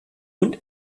und